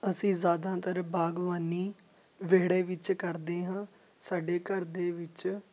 ਅਸੀਂ ਜ਼ਿਆਦਾਤਰ ਬਾਗਬਾਨੀ ਵਿਹੜੇ ਵਿੱਚ ਕਰਦੇ ਹਾਂ ਸਾਡੇ ਘਰ ਦੇ ਵਿੱਚ